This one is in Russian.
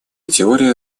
теория